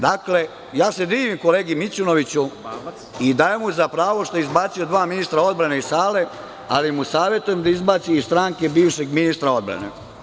Dakle, ja se divim kolegi Mićunoviću i dajem mu zapravo što je izbacio dva ministra odbrane iz sale, ali mu savetujem da izbaci i stranke bivšeg ministra odbrane.